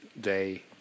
day